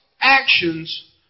actions